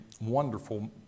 wonderful